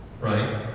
right